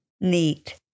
Neat